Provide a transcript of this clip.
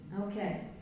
Okay